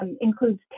includes